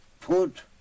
put